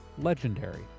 legendary